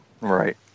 Right